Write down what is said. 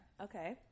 Okay